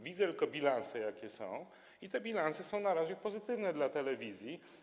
Widzę tylko bilanse, jakie są, i te bilanse są na razie pozytywne dla telewizji.